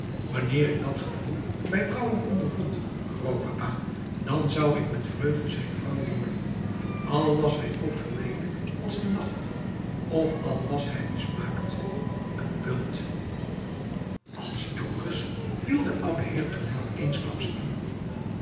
wanneer ik dat gevoel bij brouwer ondervond grootpapa dan zou ik met vreugde zijn vrouw worden al was hij ook zoo leelijk als de nacht of al was hij mismaakt een bult als dorus viel de oude heer tournel eensklaps in